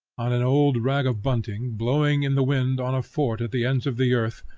on an old rag of bunting, blowing in the wind on a fort at the ends of the earth,